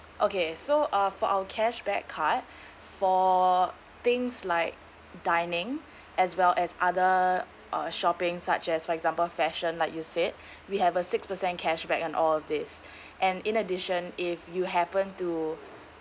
okay so uh for our cashback card for things like dining as well as other uh shopping such as for example fashion like you said we have a six percent cashback in all of these and in addition if you happen to